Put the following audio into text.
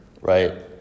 Right